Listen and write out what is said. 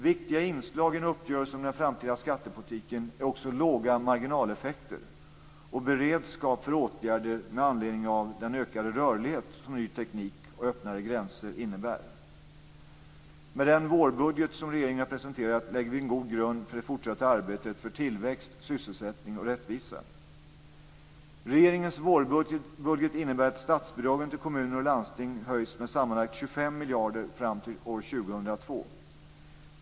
Viktiga inslag i en uppgörelse om den framtida skattepolitiken är också låga marginaleffekter och beredskap för åtgärder med anledning av den ökade rörlighet som ny teknik och öppnare gränser innebär. Med den vårbudget som regeringen har presenterat lägger vi en god grund för det fortsatta arbetet för tillväxt, sysselsättning och rättvisa. Regeringens vårbudget innebär att statsbidragen till kommuner och landsting höjs med sammanlagt 25 miljarder kronor fram till år 2002.